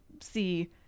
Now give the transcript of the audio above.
see